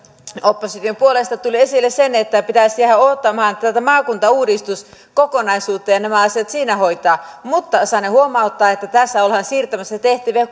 opposition puolesta tuli esille se että pitäisi jäädä odottamaan tätä maakuntauudistuskokonaisuutta ja nämä asiat siinä hoitaa mutta saanen huomauttaa että tässä ollaan siirtämässä tehtäviä